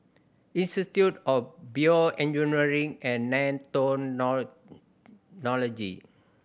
Institute of BioEngineering and Nanotechnology